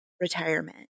retirement